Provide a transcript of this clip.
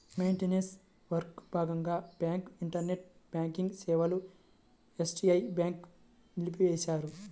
maintenance వర్క్లో భాగంగా bank internet banking సేవలను ఎస్బీఐ వాళ్ళు నిలిపేశారు